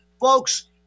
Folks